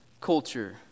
culture